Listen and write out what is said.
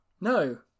No